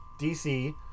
DC